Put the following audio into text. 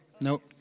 nope